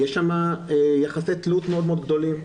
יש שם יחסי תלות מאוד גדולים,